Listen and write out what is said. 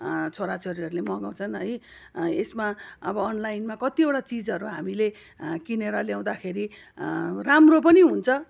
छोराछोरीहरूले मगाउँछन् है यसमा अब अनलाइनमा कतिवटा चिजहरू हामीले किनेर ल्याउँदाखेरि राम्रो पनि हुन्छ